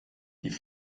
die